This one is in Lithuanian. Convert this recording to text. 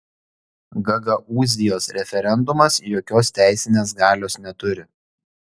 gagaūzijos referendumas jokios teisinės galios neturi